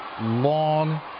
long